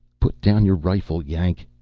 put down your rifle, yank,